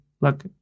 look